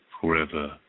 forever